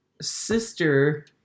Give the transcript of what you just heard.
sister